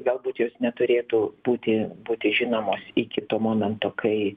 galbūt jos neturėtų būti būti žinomos iki to momento kai